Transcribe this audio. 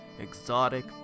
exotic